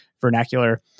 vernacular